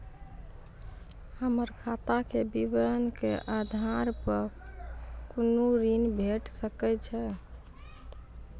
हमर खाता के विवरण के आधार प कुनू ऋण भेट सकै छै की?